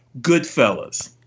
Goodfellas